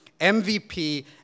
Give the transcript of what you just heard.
MVP